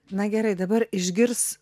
na gerai dabar išgirs